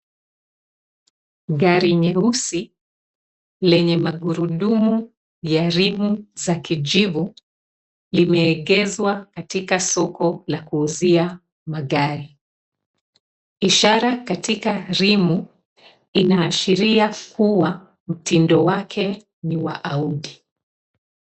Gari nyeusi lenye magurudumu ya rimu za kijivu, limeegezwa katika soko la kuuzia magari. Ishara katika rimu inaashiria kua mtindo wake ni wa Audi.